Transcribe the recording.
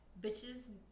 Bitches